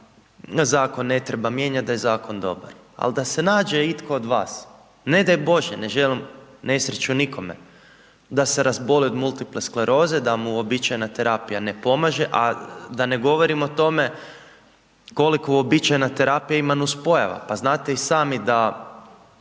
da zakon ne treba mijenjati, da je zakon dobar. Ali, da se nađe itko od vas, ne daj Bože, ne želim nesreću nikome da se razboli od multiple skleroze da mu uobičajena terapija ne pomaže, a da ne govorim o tome, koliko uobičajena terapija ima nuspojava. Pa znate i sami da